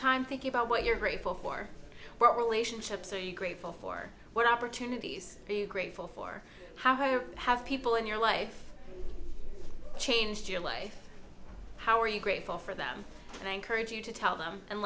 time thinking about what you're grateful for what relationships are you grateful for what opportunities are you grateful for how have people in your life change your life how are you grateful for them thank you to tell them and